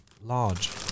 large